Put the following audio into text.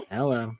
Hello